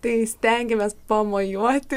tai stengiamės pamojuoti